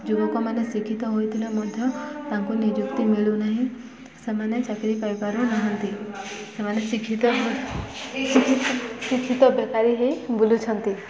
ଯୁବକମାନେ ଶିକ୍ଷିତ ହୋଇଥିଲେ ମଧ୍ୟ ତାଙ୍କୁ ନିଯୁକ୍ତି ମିଳୁନାହିଁ ସେମାନେ ଚାକିରି ପାଇପାରୁନାହାନ୍ତି ସେମାନେ ଶିକ୍ଷିତ ଶିକ୍ଷିତ ବେକାରୀ ହେଇ ବୁଲୁଛନ୍ତି